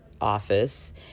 office